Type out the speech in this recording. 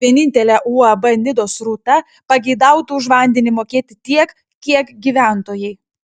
vienintelė uab nidos rūta pageidautų už vandenį mokėti tiek kiek gyventojai